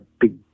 big